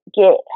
get